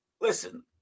Listen